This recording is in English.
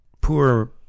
Poor